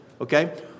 okay